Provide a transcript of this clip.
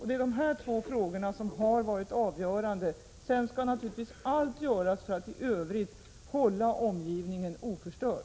Det är dessa två frågor som varit avgörande. Sedan skall naturligtvis allt göras för att i övrigt bibehålla omgivningen oförstörd.